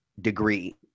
degree